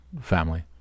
family